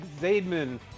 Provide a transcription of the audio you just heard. Zaidman